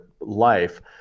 life